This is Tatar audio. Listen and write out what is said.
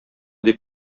дип